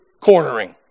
cornering